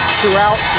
throughout